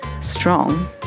strong